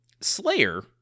Slayer